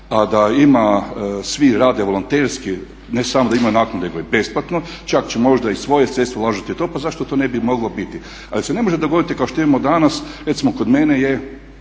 a da ima svi rade volonterski, ne samo da imaju naknade nego i besplatno. Čak će možda i svoja sredstva ulagati u to, pa zašto to ne bi moglo biti. Ali se ne može dogoditi kao što imamo danas recimo kod mene je